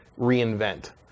reinvent